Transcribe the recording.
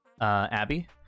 abby